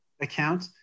account